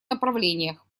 направлениях